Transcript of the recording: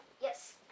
Yes